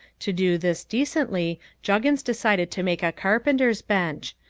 to do this decently juggins decided to make a carpenter's bench.